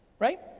right?